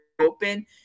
open